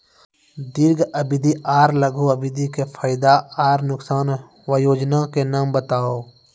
दीर्घ अवधि आर लघु अवधि के फायदा आर नुकसान? वयोजना के नाम बताऊ?